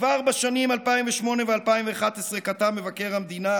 כבר בשנים 2008 ו-2011 כתב מבקר המדינה